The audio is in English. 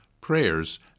prayers